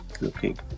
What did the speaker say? looking